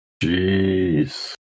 Jeez